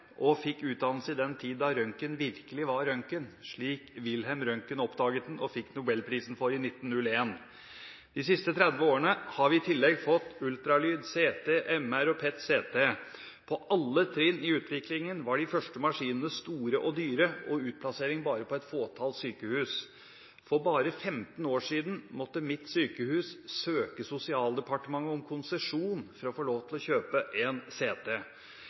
og fikk utdannelse i den tiden da røntgen virkelig var røntgen slik Wilhelm Røntgen oppdaget den og fikk Nobelprisen for i 1901. De siste 30 årene har vi i tillegg fått ultralyd, CT, MR og PET/CT. På alle trinn i utviklingen var de første maskinene store og dyre og ble utplassert bare på et fåtall sykehus. For bare 15 år siden måtte mitt sykehus søke Sosialdepartementet om konsesjon for å få lov til å kjøpe